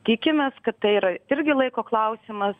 tikimės kad tai yra irgi laiko klausimas